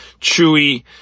Chewy